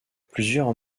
plusieurs